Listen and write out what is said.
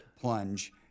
plunge